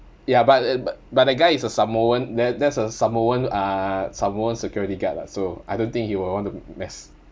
ya but but but the guy is a samoan that that's a samoan ah samoan security guard lah so I don't think he will want to mess